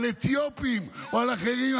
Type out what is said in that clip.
על אתיופים או על אחרים,